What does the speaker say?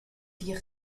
die